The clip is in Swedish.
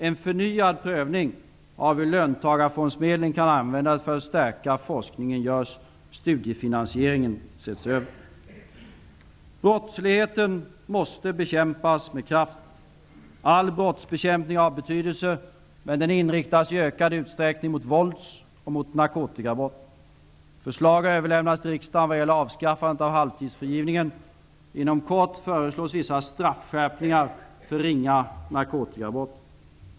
En förnyad prövning av hur löntagarfondsmedlen kan användas för att stärka forskningen görs. Brottsligheten måste bekämpas med kraft. All brottsbekämpning har betydelse, men den inriktas i ökad utsträckning mot vålds och narkotikabrott. Förslag har överlämnats till riksdagen vad gäller avskaffandet av halvtidsfrigivningen. Inom kort föreslås vissa straffskärpningar för ringa narkotikabrott.